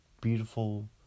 beautiful